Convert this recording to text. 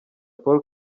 paul